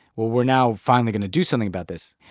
we're now finally going to do something about this.